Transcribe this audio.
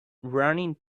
running